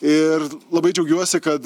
ir labai džiaugiuosi kad